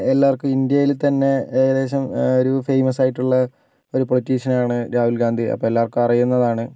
എല്ലാവർക്കും ഇന്ത്യയിൽ തന്നെ ഏകദേശം ഒരു ഫേമസ് ആയിട്ടുള്ള ഒരു പോളിറ്റീഷ്യൻ ആണ് രാഹുൽ ഗാന്ധി അപ്പോൾ എല്ലാവർക്കും അറിയുന്നതാണ്